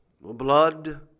blood